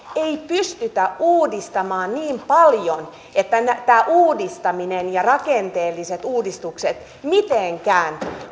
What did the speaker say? ei pystytä uudistamaa niin paljon että tämä uudistaminen ja rakenteelliset uudistukset mitenkään